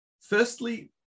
Firstly